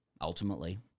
ultimately